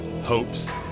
hopes